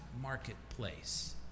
marketplace